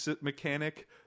mechanic